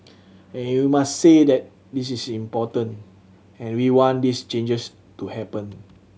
and you must say that this is important and we want these changes to happen